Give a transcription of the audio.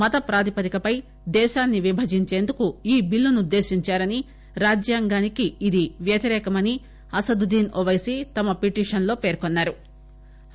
మత ప్రాతిపదికపై దేశాన్ని విభజించేందుకు ఈ బిల్లును ఉద్దేశించారని రాజ్యాంగానికి ఇది వ్యతిరేకమని అసదుద్దీన్ ఓపైసీ తమ పిటిషన్ లో పేర్కొన్నారు